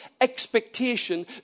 expectation